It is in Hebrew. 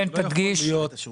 אנחנו מדברים על